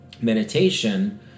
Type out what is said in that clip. Meditation